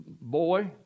boy